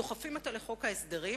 דוחפים אותה לחוק ההסדרים.